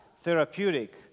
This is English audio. therapeutic